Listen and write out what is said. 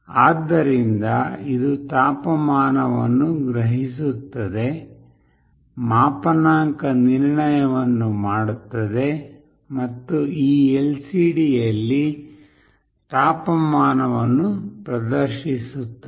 ಆದ್ದರಿಂದ ಇದು ತಾಪಮಾನವನ್ನು ಗ್ರಹಿಸುತ್ತದೆ ಮಾಪನಾಂಕ ನಿರ್ಣಯವನ್ನು ಮಾಡುತ್ತದೆ ಮತ್ತು ಈ LCDಯಲ್ಲಿ ತಾಪಮಾನವನ್ನು ಪ್ರದರ್ಶಿಸುತ್ತದೆ